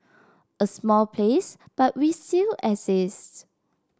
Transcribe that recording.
a small place but we still exist